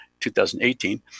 2018